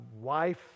wife